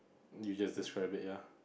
you just describe it ya